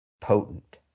potent